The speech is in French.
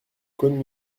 caunes